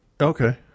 Okay